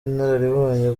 inararibonye